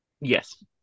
yes